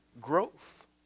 growth